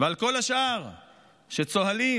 ועל כל השאר שצוהלים,